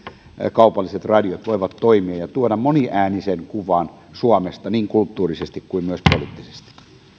kaupalliset radiot voivat toimia ja tuoda moniäänisen kuvan suomesta niin kulttuurisesti kuin myös poliittisesti